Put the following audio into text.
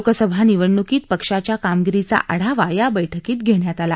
लोकसभा निवडणुकीत पक्षाच्या कामगिरीचा आढावा या बैठकीत घघ्यात आला